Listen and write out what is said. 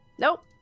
Nope